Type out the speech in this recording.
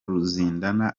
ruzindana